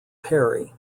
perry